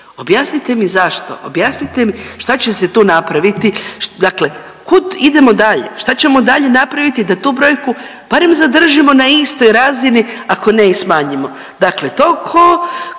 Objasnite mi zašto? Objasnite mi šta će se tu napraviti? Dakle, kud idemo dalje, šta ćemo dalje napraviti da tu brojku barem zadržimo na istoj razini ako ne i smanjimo? Dakle, to ko